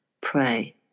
pray